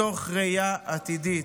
מתוך ראייה עתידית.